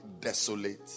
desolate